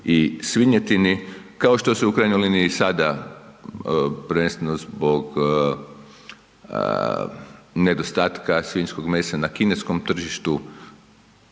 i svinjetini, kao što se u krajnjoj liniji i sada prvenstveno zbog nedostatka svinjskog mesa na kineskom tržištu